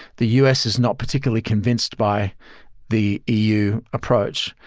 the u s. is not particularly convinced by the eu approach,